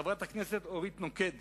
חברת הכנסת אורית נוקד